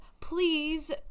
please